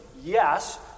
yes